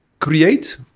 create